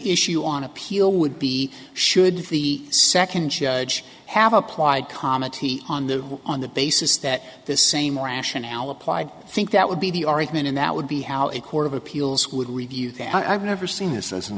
issue on appeal would be should the second judge have applied comment on the on the basis that this same rationale applied think that would be the argument and that would be how a court of appeals would review that i've never seen this